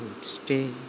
stay